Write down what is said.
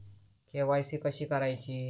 KYC कशी करायची?